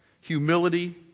humility